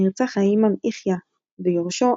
נרצח האימאם יחיא ויורשו,